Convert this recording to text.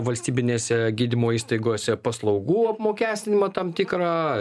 valstybinėse gydymo įstaigose paslaugų apmokestinimą tam tikrą